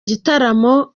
gitaramo